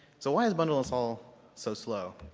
so why is bundle install so slow?